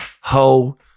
ho